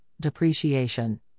depreciation